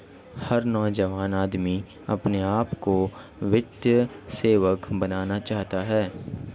हर नौजवान आदमी अपने आप को वित्तीय सेवक बनाना चाहता है